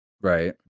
Right